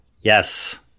Yes